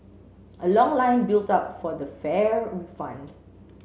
a long line built up for the fare refund